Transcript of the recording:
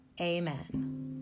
Amen